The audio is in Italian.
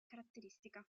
caratteristica